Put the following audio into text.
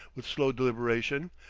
with slow deliberation,